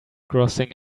grossing